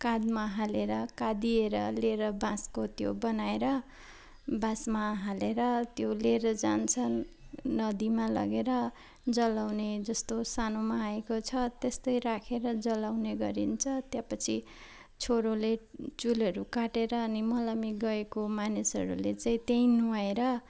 काँधमा हालेर काँध दिएर लिएर बाँसको त्यो बनाएर बाँसमा हालेर त्यो लिएर जान्छन् नदीमा लगेर जलाउने जस्तो सानोमा आएको छ त्यस्तो राखेर जलाउने गरिन्छ त्यहाँ पछि छोरोले चुलहरू काटेर अनि मलामी गएको मानिसहरूले चाहिँ त्यहीँ नुहाएर